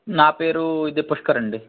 నా పేరు ఇది పుష్కర్ అండి